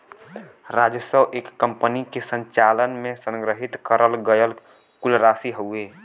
राजस्व एक कंपनी के संचालन में संग्रहित करल गयल कुल राशि हउवे